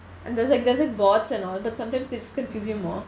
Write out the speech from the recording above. and there's like there's the bots and all but sometimes it just confuse you more